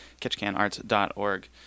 KetchikanArts.org